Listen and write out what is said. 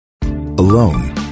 Alone